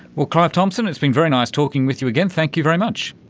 well, clive thompson, it's being very nice talking with you again, thank you very much.